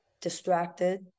distracted